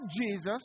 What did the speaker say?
Jesus